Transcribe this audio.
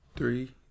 Three